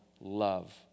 love